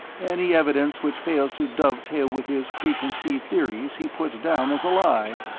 any evidence which fails to dove-tail with his preconceived theories he puts down as a lie.